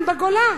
והם חיים בגולה.